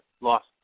lost